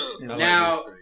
Now